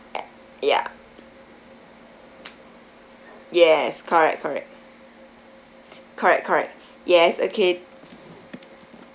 ya yes correct correct correct correct yes okay